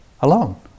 alone